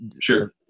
sure